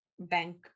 Bank